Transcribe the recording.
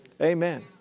Amen